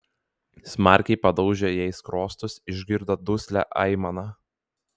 smarkiai padaužė jai skruostus išgirdo duslią aimaną